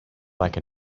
like